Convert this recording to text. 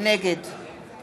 נגד